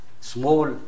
small